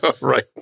Right